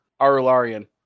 Arularian